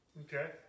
Okay